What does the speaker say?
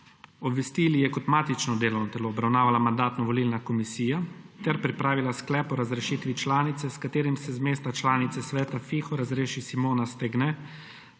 Obvestili je kot matično delovno telo obravnavala Mandatno-volilna komisija ter pripravila sklep o razrešitvi članice, s katerim se z mesta članice Sveta FIHO razreši Simona Stegne